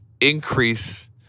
increase